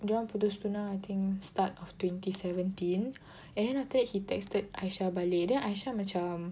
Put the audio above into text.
dorang putus tunang I think start of twenty seventeen and then after that he texted Aisyah balik then Aisyah macam